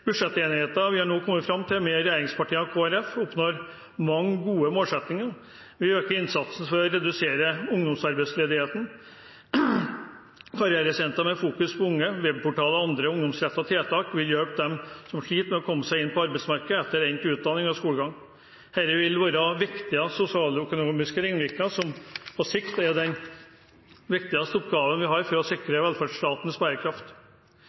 regjeringspartiene og Kristelig Folkeparti, oppnår mange gode målsettinger. Vi øker innsatsen for å redusere ungdomsarbeidsledigheten. Karrieresenter med fokus på unge, webportaler og andre ungdomsrettede tiltak vil hjelpe dem som sliter med å komme inn på arbeidsmarkedet etter endt utdanning og skolegang. Dette vil ha viktige sosialøkonomiske ringvirkninger som på sikt vil være den viktigste oppgaven for å sikre velferdsstatens bærekraft.